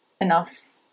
enough